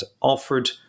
offered